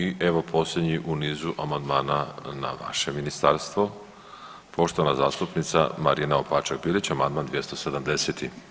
I evo posljednji u nizu amandmana na vaše ministarstvo, poštovana zastupnica Marina Opačak Bilić, amandman 270.